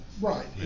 Right